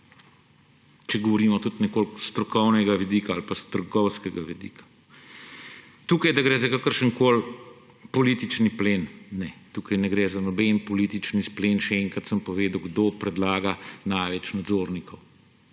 če govorimo tudi nekoliko iz strokovnega vidika ali pa strokovskega vidika, da gre za kakršenkoli politični plen. Ne. Tukaj ne gre za noben politični izplen. Še enkrat sem povedal, kdo predlaga največ nadzornikov.